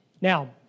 Now